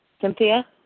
Cynthia